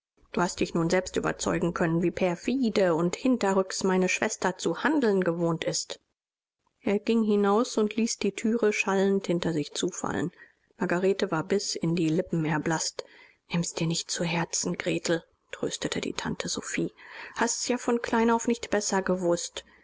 du hast dich nun selbst überzeugen können wie perfide und hinterrücks meine schwester zu handeln gewohnt ist er ging hinaus und ließ die thüre schallend hinter sich zufallen margarete war bis in die lippen erblaßt nimm dir's nicht zu herzen gretel tröstete die tante sophie hast's ja von klein auf nicht besser gewußt